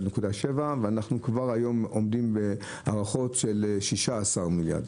ואנחנו עומדים היום כבר בהערכות של 16 מיליארד.